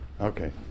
Okay